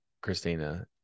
Christina